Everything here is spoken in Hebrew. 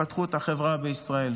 להתפתחות החברה בישראל.